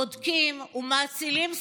בודקים ומאצילים סמכויות,